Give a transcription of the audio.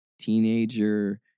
teenager